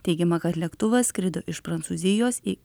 teigiama kad lėktuvas skrido iš prancūzijos į